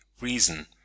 reason